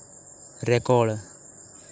record